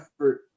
effort